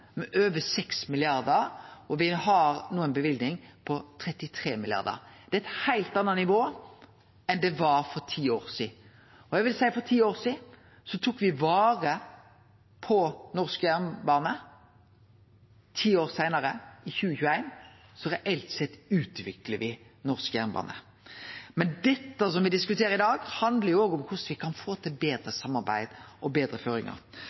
med over 6 mrd. kr, og me har no ei løyving på 33 mrd. kr. Det er eit heilt anna nivå enn det var for ti år sidan. Eg vil seie at for ti år sidan tok me vare på norsk jernbane. Ti år seinare, i 2021, utviklar me reelt sett norsk jernbane. Det me diskuterer i dag, handlar òg om korleis me kan få til betre samarbeid og betre føringar.